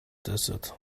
desert